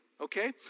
Okay